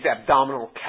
abdominal